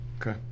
Okay